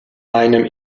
einem